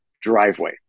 driveway